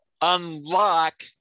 unlock